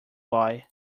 boy